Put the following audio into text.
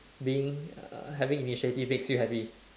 being uh having initiative makes you happy